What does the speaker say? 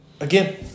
again